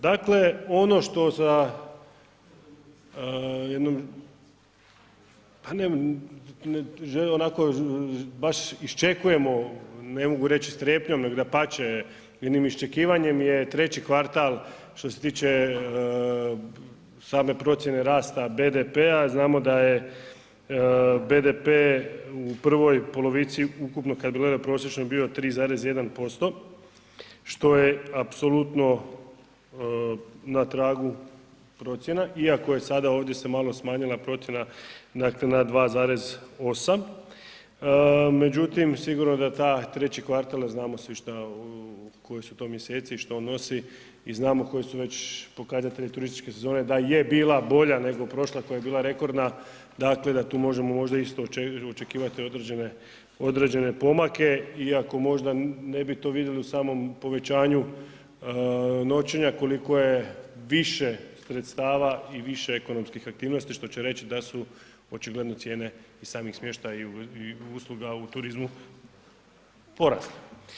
Dakle, ono što za jednu, onako baš iščekujemo, ne mogu reći strepnjom nego dapače, jednim iščekivanjem je treći kvartal što se tiče same procjene rasta BDP-a, znamo da je BDP u prvoj polovici ukupno kad gledamo, prosječno bio 3,1%, što je apsolutno na tragu procjena iako je sada ovdje se malo smanjila procjena na 2,8 međutim da taj treći kvartal a znamo svi koji su to mjeseci i šta on nosi i znamo koji su već pokazatelji turističke sezone, da je bila bolja nego prošla koja je bila rekordna, dakle da tu možemo možda isto očekivati određene pomake iako možda ne bi to vidjeli u samom povećanju noćenja koliko je više sredstava i više ekonomskih aktivnosti što reći da su očigledno cijene i sami smještaj i usluga u turizmu porasli.